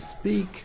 speak